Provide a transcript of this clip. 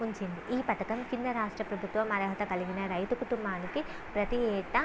ఉంచింది ఈ పథకం కింద రాష్ట్ర ప్రభుత్వం అర్హత కలిగి అర్హత కలిగిన రైతు కుటుంబానికి ప్రతి ఏటా